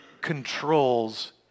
controls